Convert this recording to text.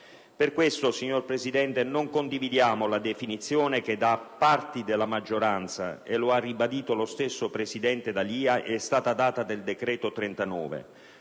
Per questo, signor Presidente, non condividiamo la definizione che da parti della maggioranza - e lo ha ribadito lo stesso presidente D'Alia - è stata data del decreto n.